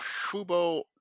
Fubo